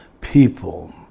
people